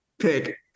pick